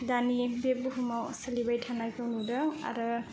दानि बे बुहुमाव सोलिबाय थानायखौ नुदों आरो